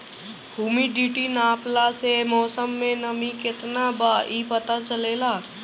humidity नापला से मौसम में नमी केतना बा इ पता चलेला